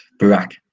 Barack